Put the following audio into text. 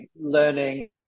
learning